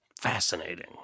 Fascinating